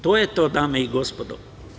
To je to dame i gospodo.